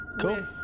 Cool